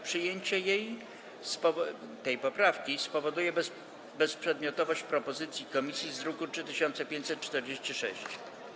Przyjęcie tej poprawki spowoduje bezprzedmiotowość propozycji komisji z druku nr 3546.